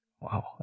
Wow